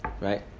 right